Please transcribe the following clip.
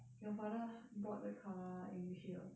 your father bought the car in which year